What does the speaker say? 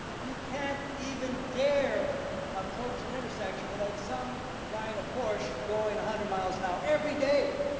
you can't even dare approach an intersection without some guy in a porsche going a hundred miles an hour every day,